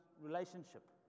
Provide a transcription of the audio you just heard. relationship